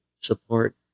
support